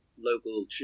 local